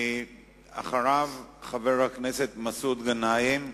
אחריו, חבר הכנסת מסעוד גנאים.